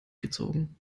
gezogen